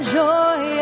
joy